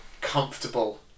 comfortable